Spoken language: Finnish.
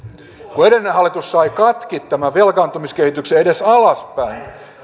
kun edellinen hallitus sai katki tämän velkaantumiskehityksen edes alaspäin